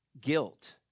guilt